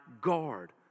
guard